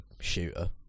shooter